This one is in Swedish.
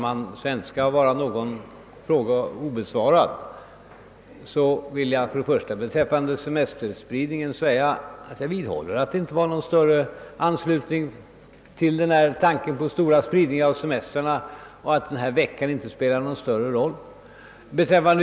Herr talman! För att här inte skall lämnas någon fråga obesvarad vidhåller jag att det inte förelåg någon större anslutning till tanken på spridning av semestrarna och att den här veckan inte spelade någon större roll.